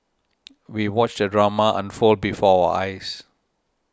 we watched the drama unfold before our eyes